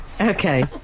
Okay